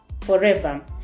forever